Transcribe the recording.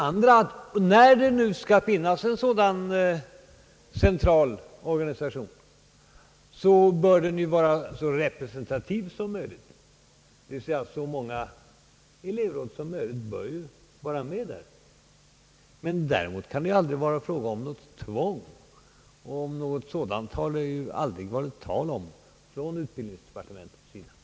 Vidare bör en sådan central organisation, när den nu skall finnas, vara så representativ som möjligt. Så många elevråd som möjligt bör ju vara med i denna organisation. Däremot kan det aldrig vara fråga om tvång, och det har aldrig varit tal om något sådant från utbildningsdepartementets sida.